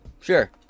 Sure